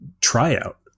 tryout